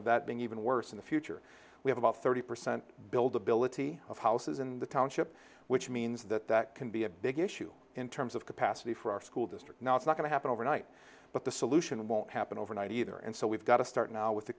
being even worse in the future we have about thirty percent build ability of houses in the township which means that that can be a big issue in terms of capacity for our school district now it's not going to happen overnight but the solution won't happen overnight either and so we've got to start now with the